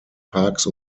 parks